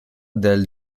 del